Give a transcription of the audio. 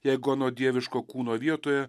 jeigu nuot dieviško kūno vietoje